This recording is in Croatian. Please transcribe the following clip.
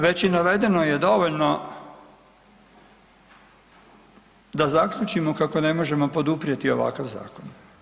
Već i navedeno je dovoljno da zaključimo kako ne možemo poduprijeti ovakav zakon.